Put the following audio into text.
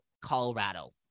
Colorado